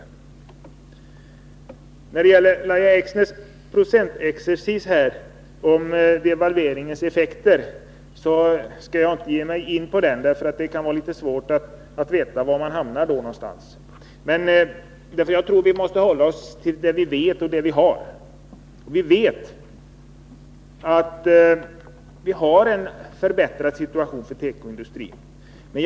81 Jag skall inte ge mig in på Lahja Exners procentexercis beträffande devalveringens effekter, eftersom det då kan vara svårt att veta var man hamnar. Jag tror att vi måste hålla oss till det vi vet och till det vi har. Vi vet att vi har en förbättrad situation för tekoindustrin.